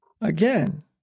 again